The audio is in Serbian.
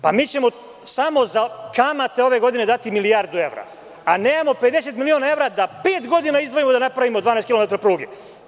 Pa, mi ćemo samo za kamate ove godine dati milijardu evra, a nemamo 50 milina evra da pet godina izdvojimo da napravimo 12 kilometara pruge.